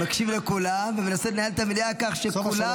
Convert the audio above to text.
אני מקשיב לכולם ומנסה לנהל את המליאה כך שכולם